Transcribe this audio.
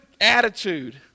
attitude